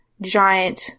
giant